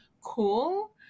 cool